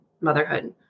motherhood